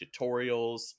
tutorials